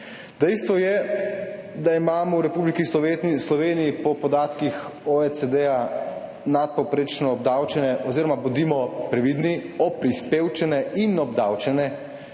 Dejstvo je, da imamo v Republiki Sloveniji po podatkih OECD nadpovprečno obdavčene oziroma bodimo previdni, obprispevčene in obdavčene